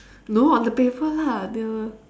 no on the paper lah they were